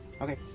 Okay